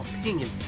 opinion